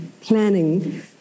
planning